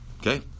Okay